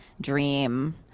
dream